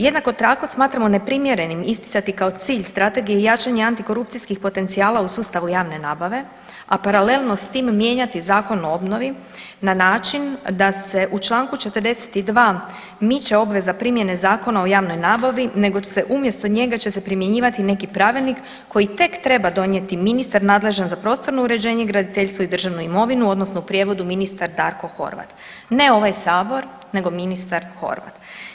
Jednako tako smatramo neprimjerenim isticati kao cilj strategije jačanje antikorupcijskih potencijala u sustavu javne nabave, a paralelno s tim mijenjati Zakon o obnovi na način da se u čl. 42. miče obveza primjene Zakona o javnoj nabavi nego umjesto njega će se primjenjivati neki pravilnik koji tek treba donijeti ministar nadležan za prostorno uređenje, graditeljstvo i državnu imovinu odnosno u prijevodu ministar Darko Horvat, ne ovaj sabor nego ministar Horvat.